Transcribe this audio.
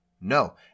No